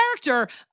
character